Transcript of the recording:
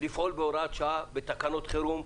לפעול בהוראת שעה בתקנות חירום.